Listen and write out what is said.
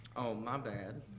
my bad.